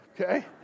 okay